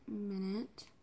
minute